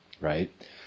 Right